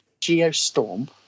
Geostorm